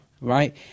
Right